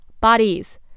bodies